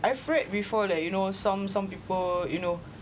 I have read before like you know some some people you know